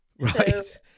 right